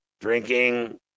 drinking